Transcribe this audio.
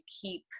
keep